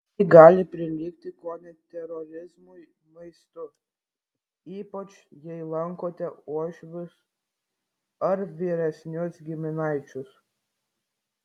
tai gali prilygti kone terorizmui maistu ypač jei lankote uošvius ar vyresnius giminaičius